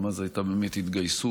גם אז הייתה באמת התגייסות